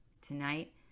Tonight